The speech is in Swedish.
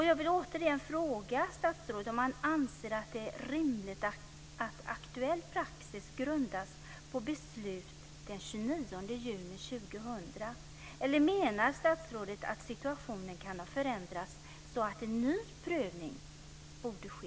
Jag vill återigen fråga statsrådet om han anser att det är rimligt att aktuell praxis grundas på beslut den 29 juni 2000, eller menar statsrådet att situationen kan ha förändrats så att en ny prövning borde ske?